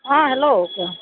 অ hello